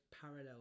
parallel